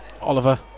Oliver